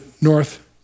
north